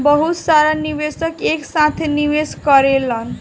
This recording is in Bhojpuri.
बहुत सारा निवेशक एक साथे निवेश करेलन